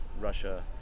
Russia